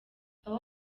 abo